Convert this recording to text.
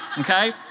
Okay